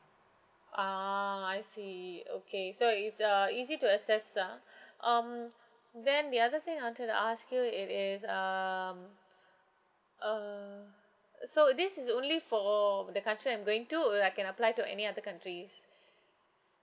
ah I see okay so it's uh easy to assess ah um then the other thing I wanted to ask you it is um err uh so this is only for the country I'm going to or I can apply to any other countries